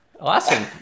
Awesome